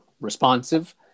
responsive